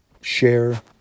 Share